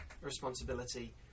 responsibility